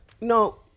No